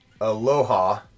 Aloha